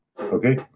Okay